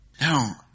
Now